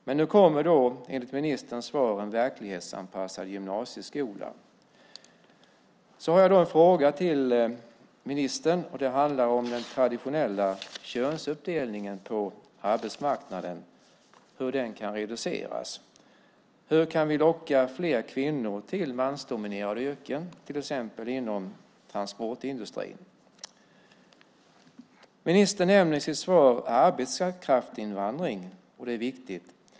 Men nu kommer enligt ministerns svar en verklighetsanpassad gymnasieskola. Jag har en fråga till ministern, och det handlar om hur den traditionella könsuppdelningen på arbetsmarknaden kan reduceras. Hur kan vi locka fler kvinnor till mansdominerade yrken till exempel inom transportindustrin? Ministern nämner i sitt svar arbetskraftsinvandring, och det är viktigt.